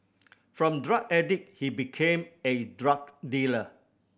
from drug addict he became a drug dealer